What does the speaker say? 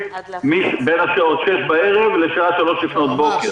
בין השעה 18:00 בערב לשעה 03:00 לפנות בוקר.